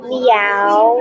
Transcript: Meow